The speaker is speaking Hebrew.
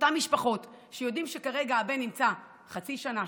שאותן משפחות שיודעות שכרגע הבן נמצא בכלא חצי שנה,